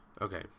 Okay